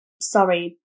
sorry